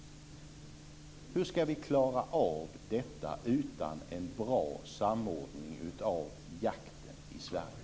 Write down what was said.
Hur ska vi klara av detta utan en bra samordning av jakten i Sverige?